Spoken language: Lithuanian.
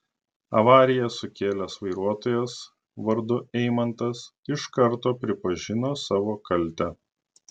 avariją sukėlęs vairuotojas vardu eimantas iš karto pripažino savo kaltę